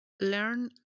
learn